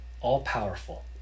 all-powerful